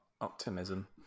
Optimism